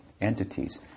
entities